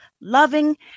loving